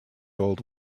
old